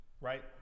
right